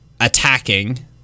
attacking